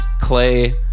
Clay